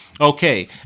Okay